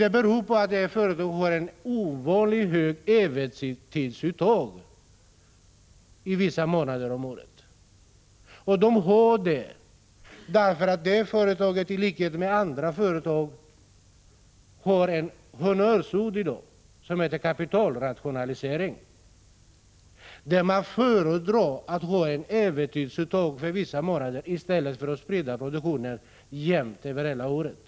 Det beror nämligen på att företaget har ett ovanligt stort övertidsuttag under vissa av årets månader. Detta därför att företaget har, i likhet med andra företag, ett honnörsord som heter kapitalrationalisering. Man föredrar alltså att under vissa månader ha ett övertidsuttag i stället för att sprida produktionen jämnt över hela året.